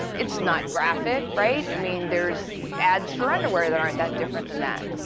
it's not graphic, right? i mean, there's ads for underwear that aren't that different than that.